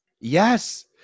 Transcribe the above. Yes